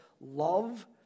love